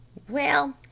well,